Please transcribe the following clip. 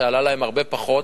שעלו להם הרבה פחות,